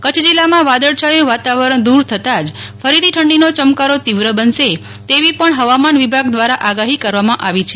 કચ્છ જીલ્લામાં વાદળછાયુ વાતાવરણ દુર થતા જ ફરીથી ઠંડીનો ચમકારો તીવ્ર બનશે તેવી પણ હવામાન વિભાગ દ્વારા આગાહી કરવામાં આવી છે